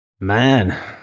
Man